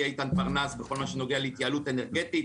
איתן פרנס בכל מה שנוגע להתייעלות אנרגטית.